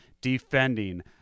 defending